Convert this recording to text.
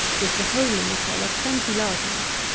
with the hole in the collar plenty large enough,